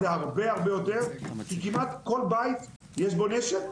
זה יהיה הרבה יותר, כי כמעט בכל בית יש נשק.